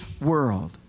world